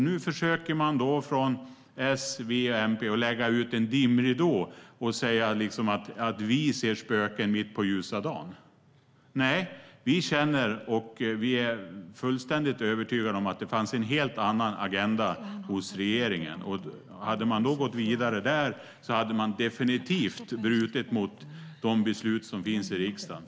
Nu försöker man från S, V och MP lägga ut en dimridå och säga att det är vi som ser spöken mitt på ljusa dagen. Nej. Vi är fullständigt övertygade om att regeringen hade en helt annan agenda. Hade man då gått vidare hade man definitivt brutit mot de beslut som finns i riksdagen.